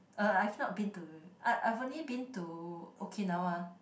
uh I've not been to I I've only been to Okinawa